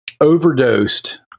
overdosed